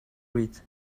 read